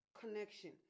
connection